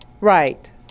Right